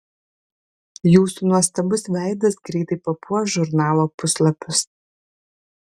jūsų nuostabus veidas greitai papuoš žurnalo puslapius